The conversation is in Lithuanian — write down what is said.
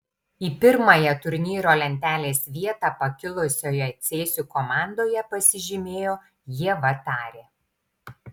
į pirmąją turnyro lentelės vietą pakilusioje cėsių komandoje pasižymėjo ieva tarė